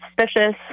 suspicious